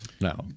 no